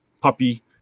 puppy